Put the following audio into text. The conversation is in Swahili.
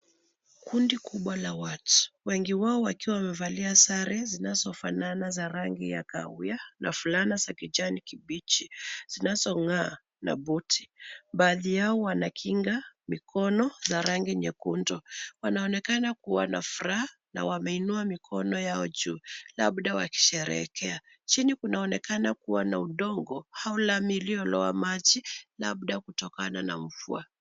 Kundi kubwa la watu; wengi wao wakiwa wamevalia sare zinazofanana za rangi ya kahawia na fulana za kijani kibichi zinazong'aa na buti. Baadhi yao wana kinga mikoni za rangi nyekundu. Wanaonekana kuwa na furaha na wameinua mikono yao juu, labda wakisheherekea. Chini kunaoneka kuwa na udongo au lami iliolowa maji labda kutokana na mvua.